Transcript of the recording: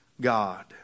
God